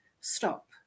stop